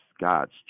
God's